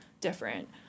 different